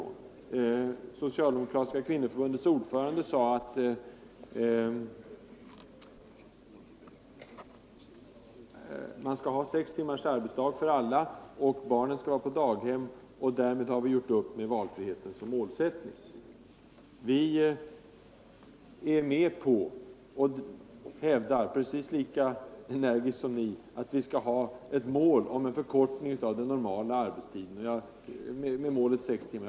Det socialdemokratiska kvinnoförbundets ordförande sade, att man skall ha sex timmars arbetsdag för alla, och barnen skall vara på daghem, och därmed har vi gjort upp med valfriheten som målsättning. Vi hävdar, lika energiskt som ni, en förkortning av den normala arbetstiden med målet sex timmar.